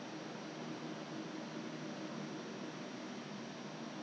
um so far 还没有 go in lah anyway J_C 都很多 parents 都